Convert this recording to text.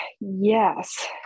Yes